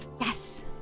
yes